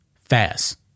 fast